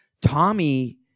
Tommy